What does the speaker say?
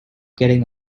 getting